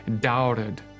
doubted